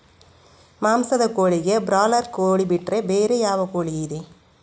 ಮಾಂಸದ ಕೋಳಿಗೆ ಬ್ರಾಲರ್ ಕೋಳಿ ಬಿಟ್ರೆ ಬೇರೆ ಯಾವ ಕೋಳಿಯಿದೆ?